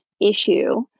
issue